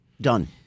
Done